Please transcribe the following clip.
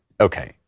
Okay